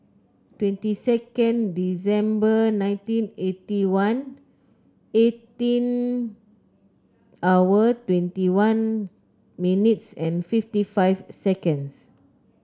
twenty second December nineteen eighty one eighteen hour twenty one minutes and fifty five seconds